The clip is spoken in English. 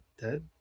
dead